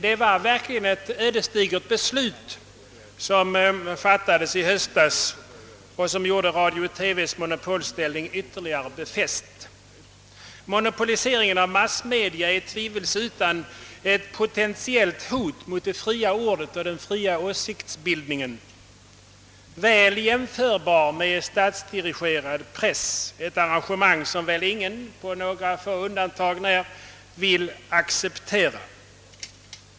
Det var verkligen ett ödesdigert beslut som fattades i höstas, när radio TV:s monopolställning ytterligare befästes. Monopoliseringen av. massmedia innebär utan tvivel ett potentiellt hot mot det fria ordet och den fria åsiktsbildningen, väl jämförbart med en statsdirigerad press — ett arrangemang som väl ingen, på några få undantag när, vill acceptera.